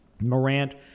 Morant